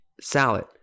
salad